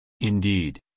Indeed